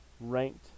ranked